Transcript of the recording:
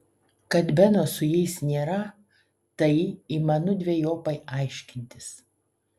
kad beno su jais nėra tai įmanu dvejopai aiškintis